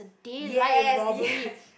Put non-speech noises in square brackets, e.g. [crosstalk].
yes yes [laughs]